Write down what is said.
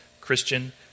Christian